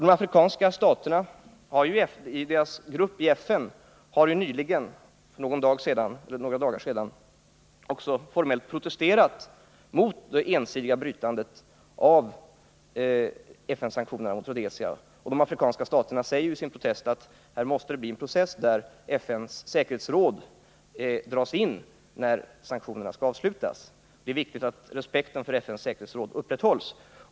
De afrikanska staternas grupp i FN har för några dagar sedan formellt protesterat mot det ensidiga brytandet av FN-sanktionerna mot Rhodesia. De afrikanska staterna säger i sin protest att det måste bli en process, där FN:s säkerhetsråd dras in, när sanktionerna skall avslutas. Det är viktigt att respekten för FN:s säkerhetsråd upprätthålls.